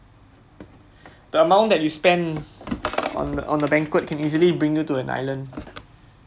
the amount that you spend on on the banquet can easily bring you to an island